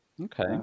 okay